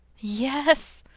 yes,